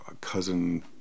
cousin